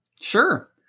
sure